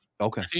Okay